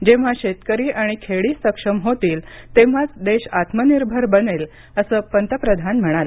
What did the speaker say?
जेव्हा शेतकरी आणि खेडी सक्षम होतील तेव्हाच देश आत्मनिर्भर बनेल असं पंतप्रधान म्हणाले